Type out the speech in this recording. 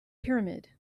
pyramid